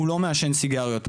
הוא לא מעשן סיגריות.